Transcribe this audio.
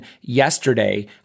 yesterday